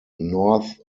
north